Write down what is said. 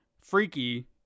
Freaky